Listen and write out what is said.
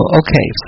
okay